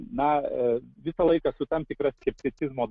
na visą laiką su tam tikra skepticizmo